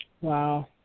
Wow